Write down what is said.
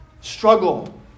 struggle